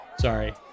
Sorry